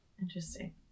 Interesting